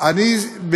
אני,